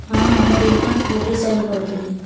ହଁ ମୁଁ ରିନା ଗୁଡ଼ି ସାହି ରୁ କହୁଥିଲି